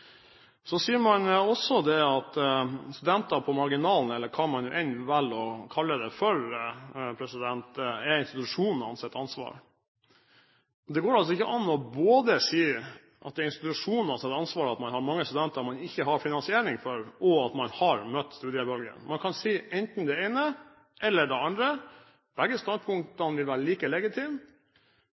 Så sier man også at studenter på marginalen – eller hva man enn velger å kalle det – er institusjonenes ansvar. Det går ikke an både å si at det er institusjonenes ansvar at man har mange studenter man ikke har finansiering for, og at man har møtt studiebølgen. Man kan si enten det ene eller det andre – begge standpunktene vil være like